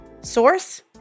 source